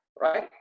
right